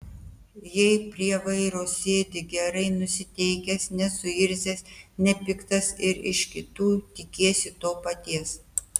jei prie vairo sėdi gerai nusiteikęs nesuirzęs nepiktas ir iš kitų tikiesi to paties